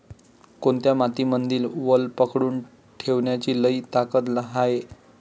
कोनत्या मातीमंदी वल पकडून ठेवण्याची लई ताकद हाये?